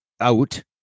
out